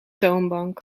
toonbank